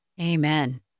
Amen